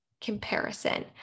comparison